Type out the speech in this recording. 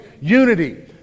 Unity